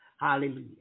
Hallelujah